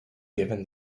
given